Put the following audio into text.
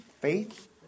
Faith